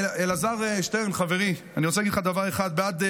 אלעזר שטרן, חברי, אני רוצה להגיד לך דבר אחד בעד.